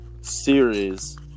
series